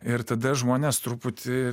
ir tada žmonės truputį